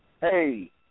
Hey